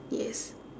yes